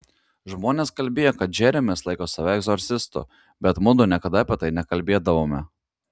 žmonės kalbėjo kad džeremis laiko save egzorcistu bet mudu niekada apie tai nekalbėdavome